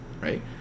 right